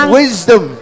wisdom